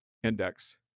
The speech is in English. index